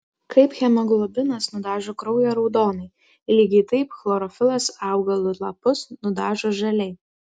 kaip hemoglobinas nudažo kraują raudonai lygiai taip chlorofilas augalų lapus nudažo žaliai